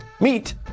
Meet